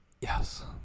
Yes